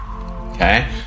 Okay